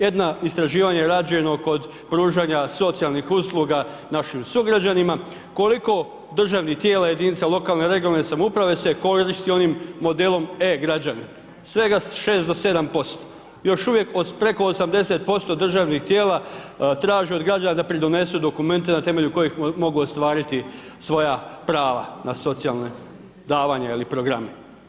Jedno istraživanje rađeno kod pružanja socijalnih usluga našim sugrađanima, koliko državnih tijela jedinica lokalne (regionalne) samouprave se koristi onim modelom e-građani, svega 6 do 7% još uvijek od preko 80% državnih tijela traže od građana da pridonesu dokumente na temelju kojih mogu ostvariti svoja prava na socijalne davanja ili programe.